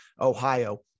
Ohio